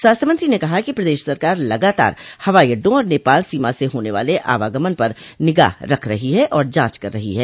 स्वास्थ्य मंत्री ने कहा कि प्रदेश सरकार लगातार हवाई अड़डा और नेपाल सीमा से होने वाले आवागमन पर निगाह रख रही है और जांच कर रहो है